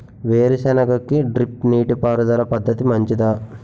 వేరుసెనగ కి డ్రిప్ నీటిపారుదల పద్ధతి మంచిదా?